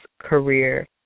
career